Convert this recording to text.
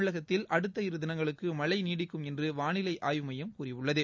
தமிழகத்தில் அடுத்த இரு தினங்களுக்கு மழை நீடிக்கும் என்று வானிலை ஆய்வு மையும் கூறியுள்ளது